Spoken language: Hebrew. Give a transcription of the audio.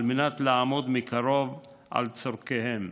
על מנת לעמוד מקרוב על צורכיהן.